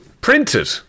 Printed